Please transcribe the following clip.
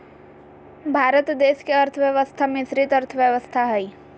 भारत देश के अर्थव्यवस्था मिश्रित अर्थव्यवस्था हइ